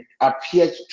appeared